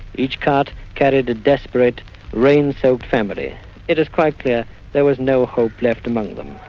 each cart carried a desperate rain-soaked family. it is quite clear there was no hope left among them.